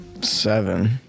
seven